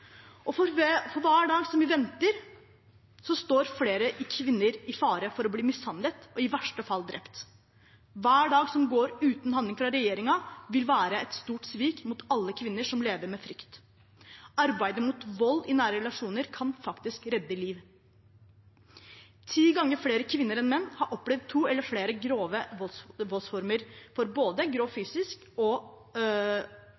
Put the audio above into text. For hver dag vi venter, står flere kvinner i fare for å bli mishandlet og i verste fall drept. Hver dag som går uten handling fra regjeringen, vil være et stort svik mot alle kvinner som lever med frykt. Arbeidet mot vold i nære relasjoner kan faktisk redde liv. Ti ganger flere kvinner enn menn har opplevd to eller flere grove voldsformer, både